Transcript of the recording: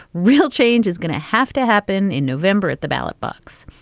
real change is going to have to happen in november at the ballot box.